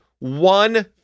One